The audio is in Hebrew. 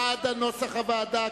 או "בעד נוסח הוועדה",